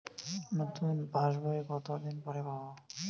নতুন পাশ বই কত দিন পরে পাবো?